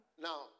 Now